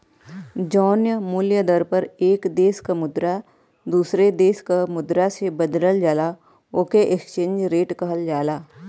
जौन मूल्य दर पर एक देश क मुद्रा दूसरे देश क मुद्रा से बदलल जाला ओके एक्सचेंज रेट कहल जाला